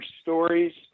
stories